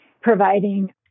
providing